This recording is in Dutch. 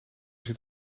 zit